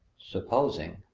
supposing,